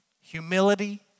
Humility